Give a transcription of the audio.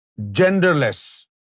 genderless